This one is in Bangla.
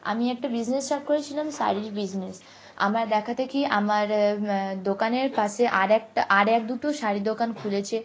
আমি একটা বিজনেস স্টার্ট করেছিলাম শাড়ির বিজনেস আমার দেখাদেখি আমার ম্যা দোকানের পাশে আর একটা আর এক দুটো শাড়ির দোকান খুলেছে